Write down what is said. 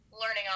learning